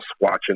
watching